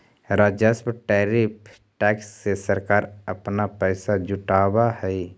राजस्व tariff tax से सरकार अपना पैसा जुटावअ हई